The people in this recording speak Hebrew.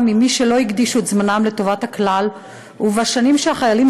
לעומת מי שלא הקדישו את זמנם לטובת הכלל ובשנים שהחיילים